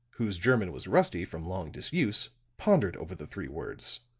whose german was rusty from long disuse, pondered over the three words.